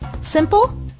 simple